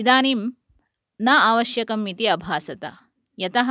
इदानीं न आवश्यकम् इति अभासत यतः